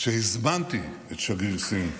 שהזמנתי את שגריר סין אליי,